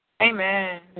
Amen